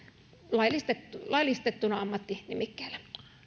laillistetulla ammattinimikkeellä